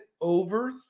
over